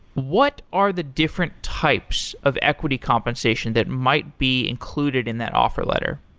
what are the different types of equity compensation that might be included in that offer letter?